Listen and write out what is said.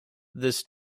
this